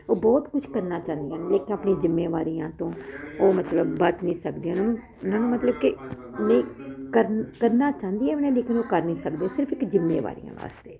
ਉਹ ਬਹੁਤ ਕੁਝ ਕਰਨਾ ਚਾਹੁੰਦੀਆਂ ਨੇ ਲੇਕਿਨ ਆਪਣੀਆਂ ਜਿੰਮੇਵਾਰੀਆ ਤੋਂ ਉਹ ਮਤਲਬ ਬਚ ਨਹੀਂ ਸਕਦੀਆਂ ਔਰ ਉਹਨਾਂ ਨੂੰ ਮਤਲਬ ਕਿ ਨਹੀਂ ਕਰ ਕਰਨਾ ਚਾਹੁੰਦੀਆ ਵੀ ਨੇ ਲੇਕਿਨ ਉਹ ਕਰ ਨੀ ਸਕਦੀਆਂ ਸਿਰਫ ਇੱਕ ਜਿੰਮੇਵਾਰੀਆਂ ਵਾਸਤੇ